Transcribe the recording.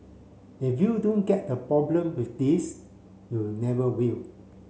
if you don't get the problem with this you never will